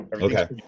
Okay